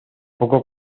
poco